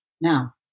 Now